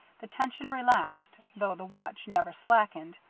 the tension relaxed though the watch never slackened.